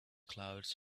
clouds